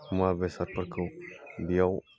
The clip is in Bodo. मुवा बेसादफोरखौ बेयाव